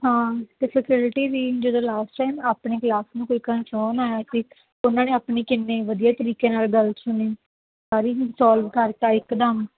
ਹਾਂ ਕਿਸੇ ਫੈਕਲਟੀ ਦੀ ਜਦੋਂ ਲਾਸਟ ਟਾਈਮ ਆਪਣੀ ਕਲਾਸ ਨੂੰ ਕੋਈ ਕਨਸੋਨ ਆਇਆ ਸੀ ਤਾਂ ਉਹਨਾਂ ਨੇ ਆਪਣੀ ਕਿੰਨੀ ਵਧੀਆ ਤਰੀਕੇ ਨਾਲ ਗੱਲ ਸੁਣੀ ਸਾਰੀ ਸੋਲਵ ਕਰ ਤਾ ਇੱਕਦਮ